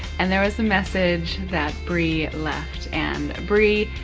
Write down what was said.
and there was a message that bree left. and bree,